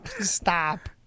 Stop